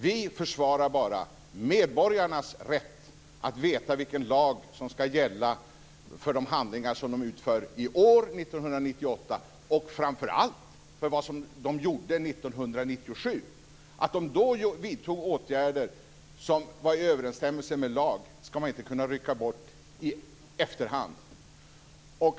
Vi försvarar bara medborgarnas rätt att veta vilken lag som skall gälla för de handlingar som utförs i år, 1998, och framför allt för de handlingar som utfördes 1997. De åtgärder som då vidtogs i överensstämmelse med lag skall inte kunna ogiltigförklaras i efterhand.